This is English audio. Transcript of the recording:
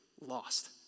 Lost